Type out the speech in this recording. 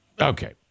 Okay